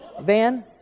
van